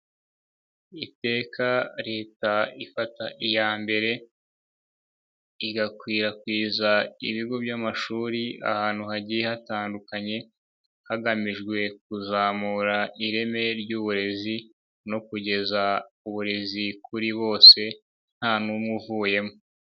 Iteka leta ifata iya mbere igakwirakwiza ibigo by'amashuri ahantu hagiye hatandukanye, hagamijwe kuzamura ireme ry'uburezi no kugeza uburezi kuri bose nta n'umwe uvuyemo.